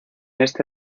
este